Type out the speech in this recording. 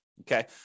Okay